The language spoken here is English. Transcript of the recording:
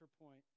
point